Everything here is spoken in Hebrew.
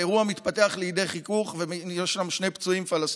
האירוע מתפתח לידי חיכוך ויש שם שני פצועים פלסטינים.